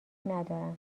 ندارن